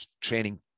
training